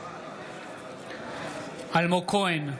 אלמוג כהן,